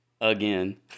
again